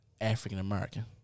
African-American